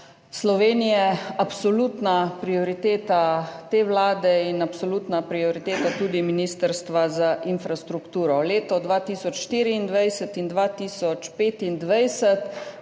Slovenije absolutna prioriteta te vlade in tudi absolutna prioriteta Ministrstva za infrastrukturo. Leti 2024 in 2025